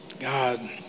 God